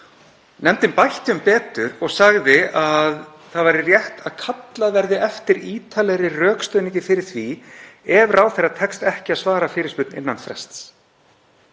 Nefndin bætti um betur og sagði að það væri rétt að kalla eftir ítarlegri rökstuðningi fyrir því ef ráðherra tekst ekki að svara fyrirspurn innan frests.